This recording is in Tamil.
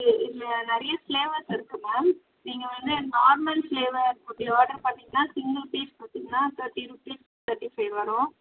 கே இதில் நிறைய ஃப்ளேவர்ஸ் இருக்குது மேம் நீங்கள் வந்து நார்மல் ஃப்ளேவர் அப்படி ஆர்டர் பண்ணிங்கன்னால் சிங்கிள் பீஸ் பார்த்தீங்கன்னா தேர்ட்டி ரூப்பீஸ் தேர்ட்டி ஃபைவ் வரும்